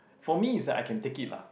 for me is like I can take it lah